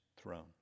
throne